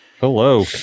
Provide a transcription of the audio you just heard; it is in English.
Hello